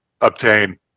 obtain